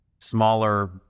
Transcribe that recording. smaller